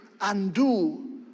undo